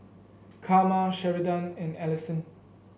Karma Sheridan and Allyson